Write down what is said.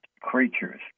creatures